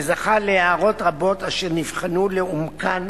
וזכה להערות רבות, אשר נבחנו לעומקן.